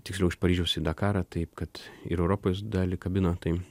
tiksliau iš paryžiaus į dakarą taip kad ir europos dalį kabino tai